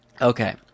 Okay